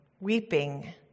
weeping